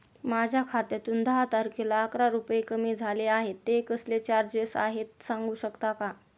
माझ्या खात्यातून दहा तारखेला अकरा रुपये कमी झाले आहेत ते कसले चार्जेस आहेत सांगू शकता का?